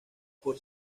por